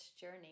Journey